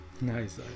Nice